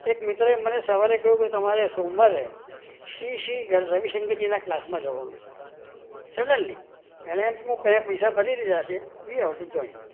એક મિત્રએ મને સવારે કહ્યું કે તમારે સોમવારે શ્રી શ્રી રવિશંકરજીના ક્લાસમાં જવાનું છે સડનલી એણે એમ કીધું કે પહેલાં પૈસા ભરી દીધા છે યુ હેવ ટુ જોઇન